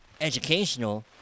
educational